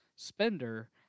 Spender